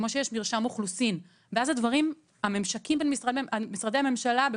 כמו שיש מרשם האוכלוסין ואז הממשקים בין משרדי הממשלה,